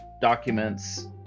documents